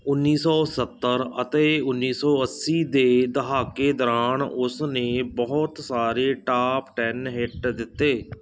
ਉੱਨੀ ਸੌ ਸੱਤਰ ਅਤੇ ਉੱਨੀ ਸੌ ਅੱਸੀ ਦੇ ਦਹਾਕੇ ਦੌਰਾਨ ਉਸ ਨੇ ਬਹੁਤ ਸਾਰੇ ਟਾਪ ਟੈੱਨ ਹਿੱਟ ਦਿੱਤੇ